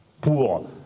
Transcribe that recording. pour